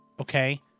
Okay